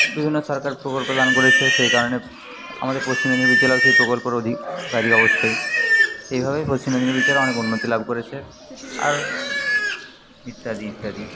বিভিন্ন সরকার প্রকল্প দান করেছে সেই কারণে আমাদের পশ্চিম মেদিনীপুর জেলাও সেই প্রকল্পর অধিকারী অবশ্যই এইভাবেই পশ্চিম মেদিনীপুর জেলা অনেক উন্নতি লাভ করেছে আর ইত্যাদি ইত্যাদি